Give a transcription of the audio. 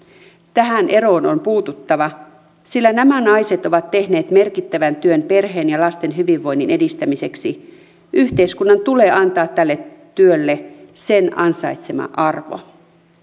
tähän eroon on puututtava sillä nämä naiset ovat tehneet merkittävän työn perheen ja lasten hyvinvoinnin edistämiseksi yhteiskunnan tulee antaa tälle työlle sen ansaitsema arvo